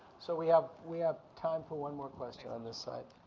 so we have we have time for one more question on this side.